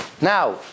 Now